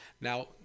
now